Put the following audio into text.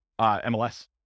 MLS